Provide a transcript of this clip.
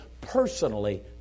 Personally